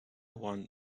one